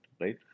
right